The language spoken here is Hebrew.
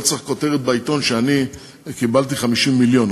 לא צריך כותרת בעיתון שאני קיבלתי 50 מיליון.